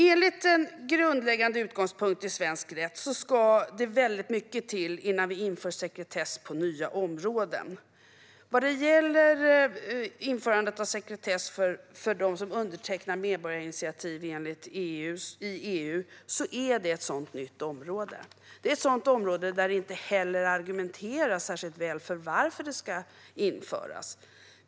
Enligt den grundläggande utgångspunkten i svensk rätt ska det väldigt mycket till innan vi inför sekretess på nya områden. Vad gäller införandet av sekretess för dem som undertecknar medborgarinitiativ i EU är det ett sådant nytt område. Det är ett område där det heller inte argumenteras särskilt väl för varför det ska införas.